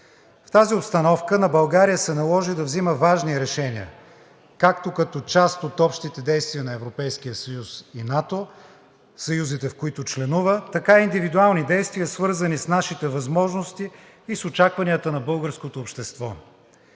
В тази обстановка на България се наложи да взема важни решения – както като част от общите действия на Европейския съюз и НАТО, съюзите в които членува, така и индивидуални действия, свързани с нашите възможности и с очакванията на българското общество.